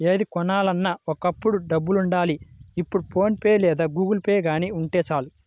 ఏది కొనాలన్నా ఒకప్పుడు డబ్బులుండాలి ఇప్పుడు ఫోన్ పే లేదా గుగుల్పే గానీ ఉంటే చాలు